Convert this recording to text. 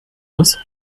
ist